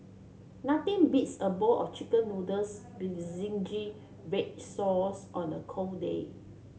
nothing beats a bowl of chicken noodles with zingy red sauce on a cold day